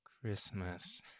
Christmas